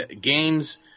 games